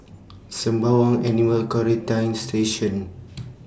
Sembawang Animal Quarantine Station